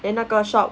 then 那个 shop